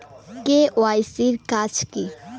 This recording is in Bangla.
কে.ওয়াই.সি এর কাজ কি?